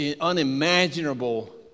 unimaginable